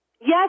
Yes